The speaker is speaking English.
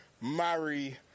Mary